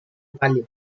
palio